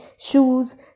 shoes